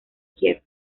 kiev